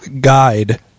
guide